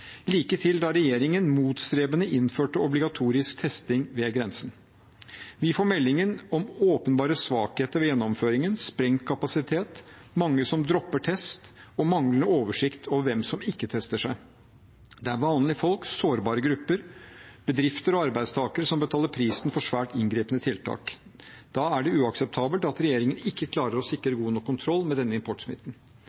like til da regjeringen motstrebende innførte obligatorisk testing ved grensen. Vi får melding om åpenbare svakheter ved gjennomføringen, sprengt kapasitet, mange som dropper test, og manglende oversikt over hvem som ikke tester seg. Det er vanlige folk, sårbare grupper, bedrifter og arbeidstakere som betaler prisen for svært inngripende tiltak. Da er det uakseptabelt at regjeringen ikke klarer å sikre